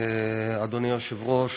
אדוני היושב-ראש,